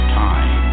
time